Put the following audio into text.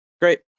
Great